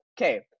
okay